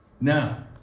now